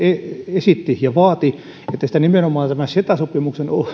esitti ja vaati että sitä nimenomaan tämän ceta sopimuksen